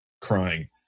crying